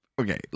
Okay